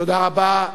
תודה רבה.